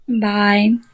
Bye